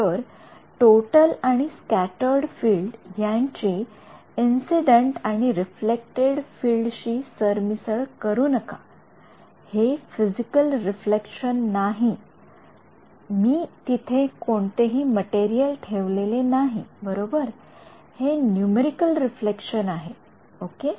तर टोटल आणि scattered field यांची इंसिडेंट आणि रिफ्लेक्टड शी सरमिसळ करू नका हे फिजिकल रिफ्लेक्शन नाही मी तिथे मटेरियल ठेवलेले नाही बरोबर हे नूमेरिकेल रिफ्लेक्शन आहे ओके